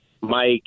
Mike